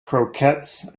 croquettes